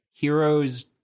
heroes